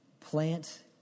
Plant